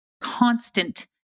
constant